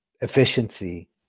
efficiency